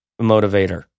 motivator